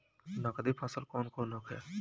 नकदी फसल कौन कौनहोखे?